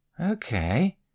Okay